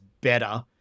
better